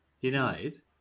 United